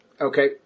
Okay